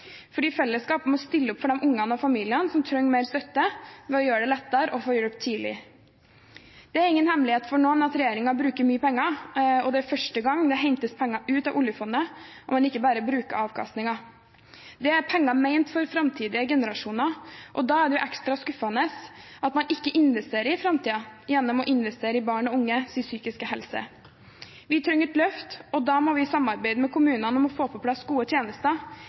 fordi fellesskapet må stille opp for de ungene og familiene som trenger mer støtte, ved å gjøre det lettere å få hjelp tidlig. Det er ingen hemmelighet for noen at regjeringen bruker mye penger, og det er første gang det hentes penger ut av oljefondet, og at man ikke bare bruker avkastningen. Det er penger ment for framtidige generasjoner, og da er det ekstra skuffende at man ikke investerer i framtiden gjennom å investere i barn og unges psykiske helse. Vi trenger et løft, og da må vi samarbeide med kommunene om å få på plass gode tjenester